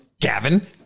Gavin